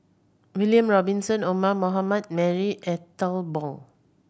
William Robinson Omar Mohamed Marie Ethel Bong